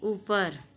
ऊपर